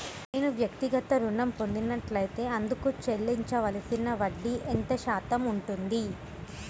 నేను వ్యక్తిగత ఋణం పొందినట్లైతే అందుకు చెల్లించవలసిన వడ్డీ ఎంత శాతం ఉంటుంది?